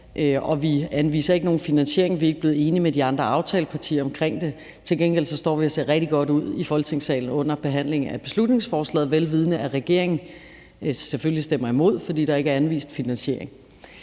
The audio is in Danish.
man anviser finansiering, og uden at man er blevet enig med de andre aftalepartier om det. Til gengæld står man og ser rigtig godt ud i Folketingssalen under behandlingen af beslutningsforslaget, vel vidende at regeringen selvfølgelig stemmer imod, fordi der ikke er anvist finansiering.